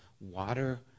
Water